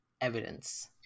evidence